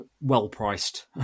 well-priced